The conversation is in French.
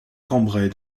cambrai